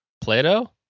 Plato